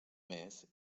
més